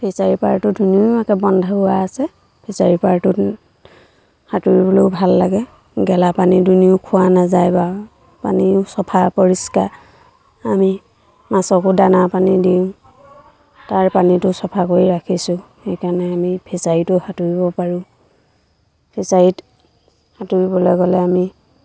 ফিচাৰীৰ পাৰটো ধুনীয়াকৈ বন্ধোৱা আছে ফিচাৰীৰ পাৰটোত সাঁতুৰিবলৈও ভাল লাগে গেলা পানী দুুনীও খোৱা নাযায় বা পানীও চাফা পৰিষ্কাৰ আমি মাছকো দানা পানী দিওঁ তাৰ পানীটো চাফা কৰি ৰাখিছোঁ সেইকাৰণে আমি ফিচাৰীতো সাঁতুৰিব পাৰোঁ ফিচাৰীত সাঁতুৰিবলৈ গ'লে আমি